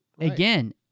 Again